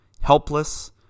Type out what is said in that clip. helpless